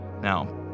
Now